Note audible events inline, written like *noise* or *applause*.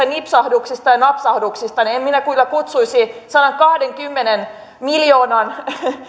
*unintelligible* nipsahduksista ja napsahduksista niin en minä kyllä kutsuisi sadankahdenkymmenen miljoonan